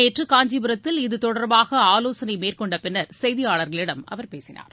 நேற்று காஞ்சிபுரத்தில் இதுதொடர்பாக ஆலோசனை மேற்கொண்ட பின்னர் செய்தியாளர்களிடம் அவர் பேசினார்